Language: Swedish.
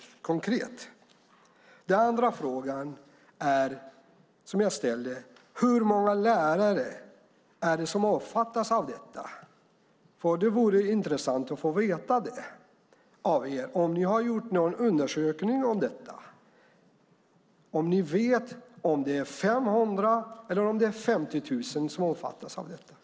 Den andra frågan, som jag har ställt i interpellationen, är: Hur många lärare är det som omfattas av detta? Det vore intressant att få veta om ni har gjort någon undersökning om detta. Vet ni om det är 500 eller 50 000 som omfattas av detta?